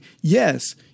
yes